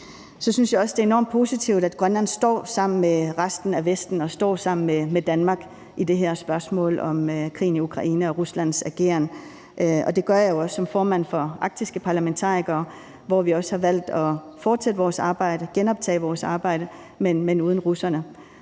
Så synes jeg også, det er enormt positivt, at Grønland står sammen med resten af Vesten og står sammen med Danmark i det her spørgsmål om krigen i Ukraine og Ruslands ageren. Det gør jeg også som formand for Arktiske Parlamentarikere, hvor vi også har valgt at fortsætte vores arbejde, genoptage vores arbejde, men uden russerne,